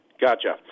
Gotcha